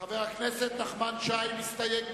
חבר הכנסת אופיר פינס-פז לסעיף 04,